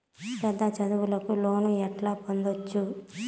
పెద్ద చదువులకు లోను ఎట్లా పొందొచ్చు